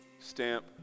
stamp